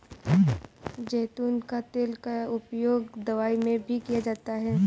ज़ैतून का तेल का उपयोग दवाई में भी किया जाता है